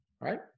right